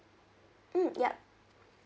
mm ya